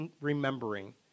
remembering